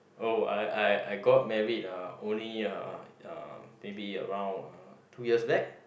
oh I I I got married uh only uh maybe around uh two years back